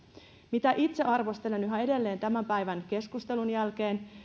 mitä itse arvostelen yhä edelleen tämän päivän keskustelun jälkeen